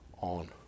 on